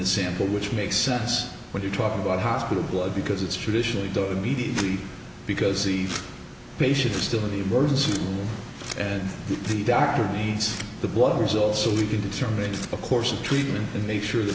the sample which makes sense when you're talking about hospital blood because it's traditionally do immediately because eve patients are still in the emergency room and the doctor needs the blood results so we can determine a course of treatment to make sure the